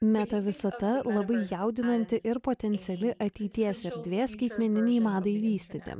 metavisata labai jaudinanti ir potenciali ateities erdvė skaitmeninei madai vystyti